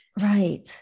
Right